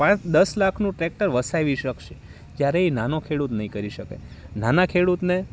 પાંચ દસ લાખનું ટ્રેક્ટર વસાવી શકશે જ્યારે એ નાનો ખેડૂત નહીં કરી શકે નાના ખેડૂતને